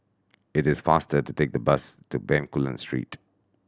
it is faster to take the bus to Bencoolen Street